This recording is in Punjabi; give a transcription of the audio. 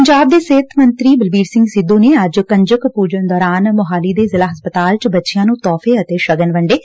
ਪੰਜਾਬ ਦੇ ਸਿਹਤ ਅਤੇ ਪਰਿਵਾਰ ਭਲਾਈ ਮੰਤਰੀ ਬਲਬੀਰ ਸਿੰਘ ਸਿੱਧੂ ਨੇ ਅੱਜ ਕੰਜਕ ਪੂਜਨ ਦੌਰਾਨ ਮੋਹਾਲੀ ਦੇ ਜ਼ਿਲੂਾ ਹਸਪਤਾਲ ਵਿਚ ਬੱਚੀਆਂ ਨੂੰ ਤੋਹਫ਼ੇ ਅਤੇ ਸ਼ਗਨ ਵੰਡੇ